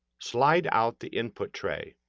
slide out the input tray.